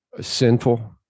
sinful